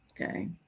okay